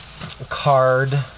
card